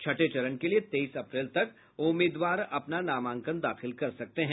छठे चरण के लिए तेईस अप्रैल तक उम्मीदवार अपना नामांकन दाखिल कर सकते हैं